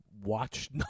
watch